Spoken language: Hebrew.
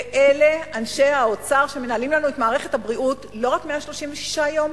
ואלה אנשי האוצר שמנהלים לנו את מערכת הבריאות לא רק 136 יום,